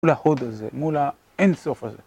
מול ההוד הזה, מול האינסופ הזה